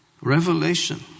revelation